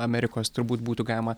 amerikos turbūt būtų galima